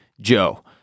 Joe